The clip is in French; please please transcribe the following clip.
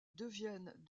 deviennent